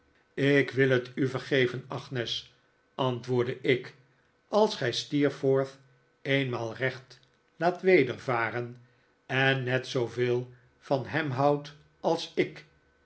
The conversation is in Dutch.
ik wil het u vergeven agnes antwoordde ik als gij steerforth eenmaal recht laat wedervaren en net zooveel van hem houdt als ik